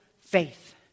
faith